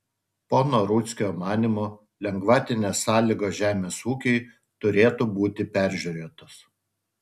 pono rudzkio manymu lengvatinės sąlygos žemės ūkiui turėtų būti peržiūrėtos